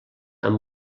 amb